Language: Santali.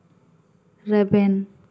ᱨᱮᱵᱮᱱ